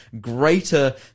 greater